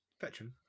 veteran